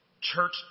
church